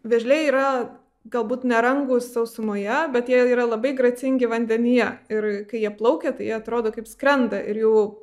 vėžliai yra galbūt nerangūs sausumoje bet jie yra labai gracingi vandenyje ir kai jie plaukia tai jie atrodo kaip skrenda ir jų